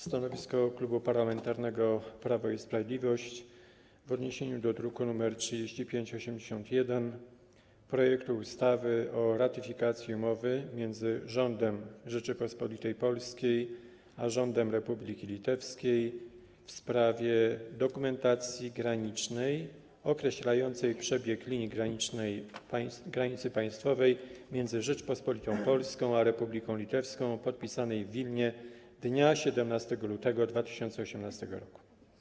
Stanowisko Klubu Parlamentarnego Prawo i Sprawiedliwość w odniesieniu do druku nr 3581, czyli projektu ustawy o ratyfikacji umowy między Rządem Rzeczypospolitej Polskiej a Rządem Republiki Litewskiej w sprawie dokumentacji granicznej określającej przebieg linii granicy państwowej między Rzecząpospolitą Polską a Republiką Litewską, podpisanej w Wilnie dnia 17 lutego 2018 r., jest następujące.